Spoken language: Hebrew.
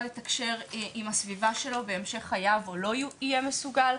לתקשר עם הסביבה שלו בהמשך חייו או לא יהיה מסוגל.